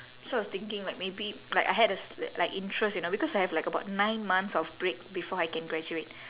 so I was thinking like maybe like I had a s~ like interest you know because I have about like nine months of break before I can graduate